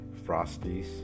Frosties